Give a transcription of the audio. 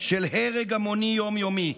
של הרג המוני יום-יומי,